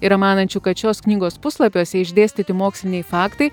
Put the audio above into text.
yra manančių kad šios knygos puslapiuose išdėstyti moksliniai faktai